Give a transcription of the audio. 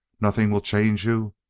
nothing will change you?